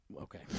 Okay